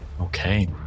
Okay